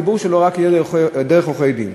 הדיבור שלו יהיה רק דרך עורכי-דין.